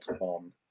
on